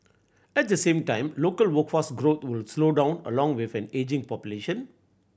at the same time local workforce growth would slow down along with an ageing population